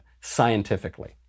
scientifically